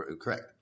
Correct